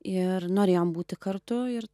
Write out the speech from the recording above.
ir norėjom būti kartu ir